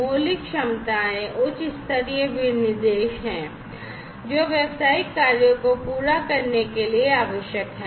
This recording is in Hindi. मौलिक क्षमताएं उच्च स्तरीय विनिर्देश हैं जो व्यावसायिक कार्यों को पूरा करने के लिए आवश्यक हैं